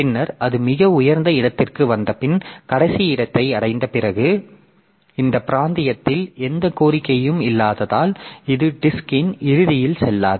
பின்னர் அது மிக உயர்ந்த இடத்திற்கு வந்தபின் கடைசி இடத்தை அடைந்த பிறகு இந்த பிராந்தியத்தில் எந்த கோரிக்கையும் இல்லாததால் இது டிஸ்க்ன் இறுதியில் செல்லாது